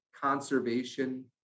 conservation